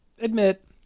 admit